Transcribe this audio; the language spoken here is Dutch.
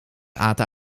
aten